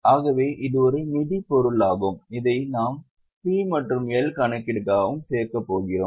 ஆகவே இது ஒரு நிதிப் பொருளாகும் இதை நாம் P மற்றும் L கணக்கீடுக்காகவும் சேர்க்கப் போகிறோம்